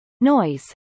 Noise